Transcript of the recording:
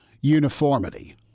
uniformity